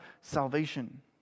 salvation